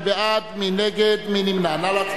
מי בעד, מי נגד, מי נמנע?